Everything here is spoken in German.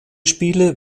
spiele